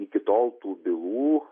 iki tol tų bylų